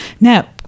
Now